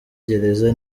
gereza